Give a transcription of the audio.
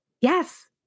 Yes